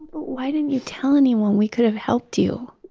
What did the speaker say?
why didn't you tell anyone? we could've helped you